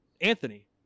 Anthony